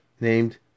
named